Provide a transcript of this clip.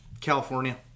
California